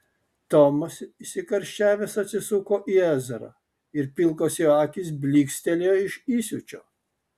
tomas įsikarščiavęs atsisuko į ezrą ir pilkos jo akys blykstelėjo iš įsiūčio